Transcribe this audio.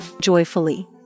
joyfully